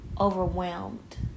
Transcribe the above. overwhelmed